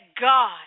God